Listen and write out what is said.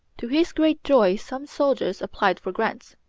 to his great joy some soldiers applied for grants.